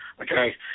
Okay